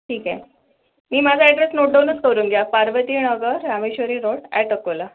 ठीक आहे मी माझा ॲड्रेस नोटडाउनच करून घ्या पार्वती नगर रामेश्वरी रोड ॲट अकोला